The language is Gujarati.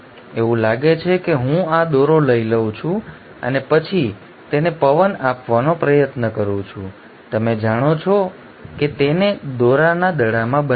એવું લાગે છે કે હું આ દોરો લઉં છું અને પછી તેને પવન આપવાનો પ્રયત્ન કરું છું અને તમે જાણો છો કે તેને દોરાના દડામાં બનાવો